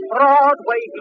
Broadway